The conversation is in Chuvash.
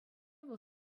вӑл